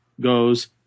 goes